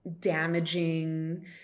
damaging